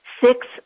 six